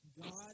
God